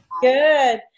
Good